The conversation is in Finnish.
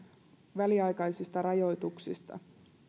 väliaikaisista rajoituksista